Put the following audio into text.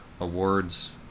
awards